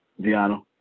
Deanna